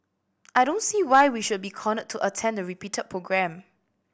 I don't see why we should be cornered to attend the repeated programme